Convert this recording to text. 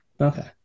Okay